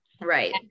right